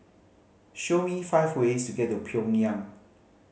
show me five ways to get to Pyongyang